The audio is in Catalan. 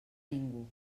ningú